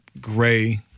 gray